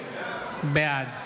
בעד